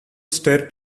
star